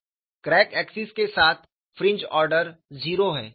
crack axis के साथ fringe order 0 है